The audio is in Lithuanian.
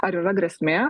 ar yra grėsmė